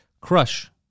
crush